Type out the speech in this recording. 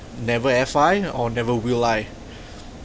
never have I or never will I